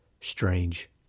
strange